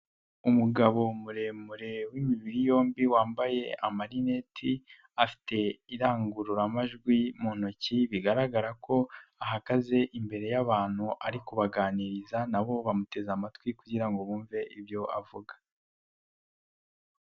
Umugabo muremure w'imibiri yombi wambaye amarineti afite irangururamajwi mu ntoki, bigaragara ko ahagaze imbere y'abantu ari kubaganiriza na bo bamuteze amatwi kugira ngo bumve ibyo avuga.